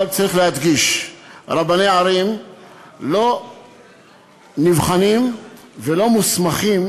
אבל צריך להדגיש: רבני ערים לא נבחנים ולא מוסמכים